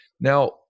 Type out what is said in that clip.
Now